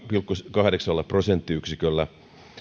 kahdeksalla prosenttiyksiköllä